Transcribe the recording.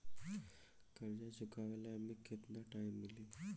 कर्जा चुकावे ला एमे केतना टाइम मिली?